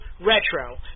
Retro